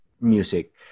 music